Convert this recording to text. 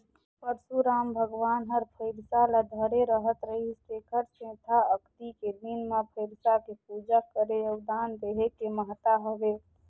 परसुराम भगवान हर फइरसा ल धरे रहत रिहिस तेखर सेंथा अक्ती के दिन मे फइरसा के पूजा करे अउ दान देहे के महत्ता हवे